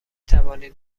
توانید